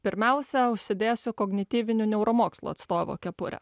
pirmiausia užsidėsiu kognityvinių neuromokslų atstovo kepurę